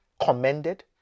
commended